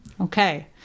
Okay